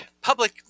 public